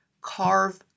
carve